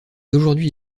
aujourd’hui